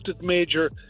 major